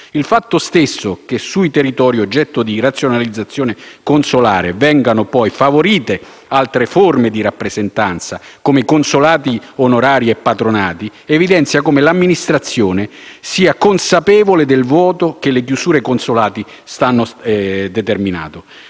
Il fatto stesso che sui territori oggetto di razionalizzazione consolare vengano poi favorite altre forme di rappresentanza, come consolati onorari e patronati, evidenzia come l'amministrazione sia consapevole del vuoto che le chiusure consolari stanno determinando.